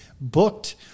booked